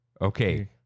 Okay